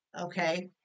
Okay